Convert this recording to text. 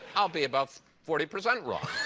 i'll be about forty percent wrong.